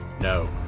no